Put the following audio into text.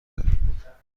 دارم